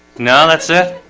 no, that's it.